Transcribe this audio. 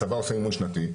הצבא עושה אימון שנתי,